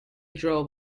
drove